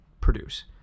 produce